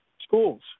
schools